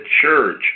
church